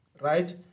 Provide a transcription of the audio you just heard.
right